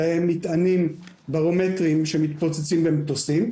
זה מטענים ברומטריים שמתפוצצים במטוסים,